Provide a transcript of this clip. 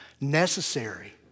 necessary